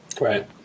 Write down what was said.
Right